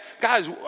guys